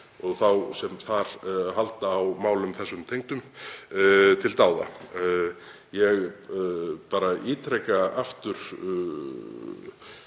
þá sem þar halda á málum þessum tengdum, til dáða. Ég ítreka aftur